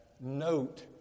note